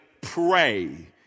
pray